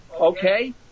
okay